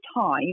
time